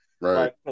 Right